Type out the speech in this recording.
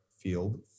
field